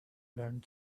learned